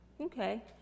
Okay